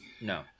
No